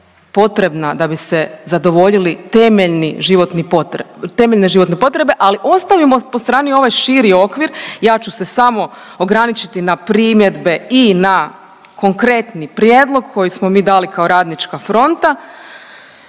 potrebna da bi se zadovoljile temeljne životne potrebe. Ali ostavimo po strani ovaj širi okvir, ja ću se samo ograničiti na primjedbe i na konkretni prijedlog koji smo mi dali kao RF, a o